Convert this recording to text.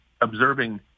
observing